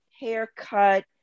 haircut